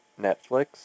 Netflix